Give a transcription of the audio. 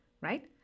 right